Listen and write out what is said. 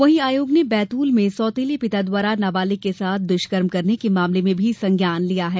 वहीं आयोग ने बैतूल में सौतेले पिता द्वारा नाबालिग के साथ दुष्कर्म करने के मामले में भी संज्ञान लिया है